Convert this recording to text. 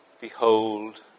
Behold